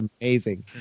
amazing